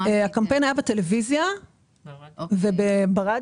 הקמפיין היה בטלוויזיה וברדיו.